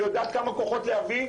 היא יודעת כמה כוחות להביא,